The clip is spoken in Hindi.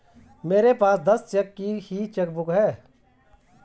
मेरे पास दस चेक की ही चेकबुक है